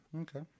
Okay